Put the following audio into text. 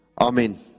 amen